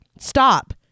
Stop